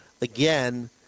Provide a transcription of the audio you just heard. again